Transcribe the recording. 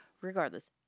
Regardless